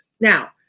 Now